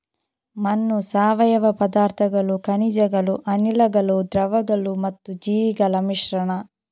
ಮಣ್ಣು ಸಾವಯವ ಪದಾರ್ಥಗಳು, ಖನಿಜಗಳು, ಅನಿಲಗಳು, ದ್ರವಗಳು ಮತ್ತು ಜೀವಿಗಳ ಮಿಶ್ರಣ